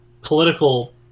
Political